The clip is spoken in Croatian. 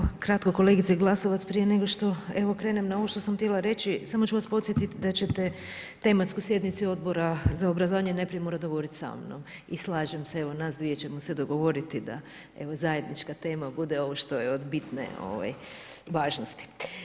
Pa samo kratko, kolegice Glasovac, prije nego što krenem na ovo što sam htjela reći, samo ću vas podsjetiti da ćete tematsku sjednicu Odbora za obrazovanje najprije morati dogovoriti sa mnom i slažem se, evo, nas dvije ćemo se dogovoriti da zajednička tema bude ovo što je od bitne važnosti.